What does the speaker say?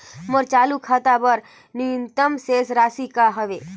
मोर चालू खाता बर न्यूनतम शेष राशि का हवे?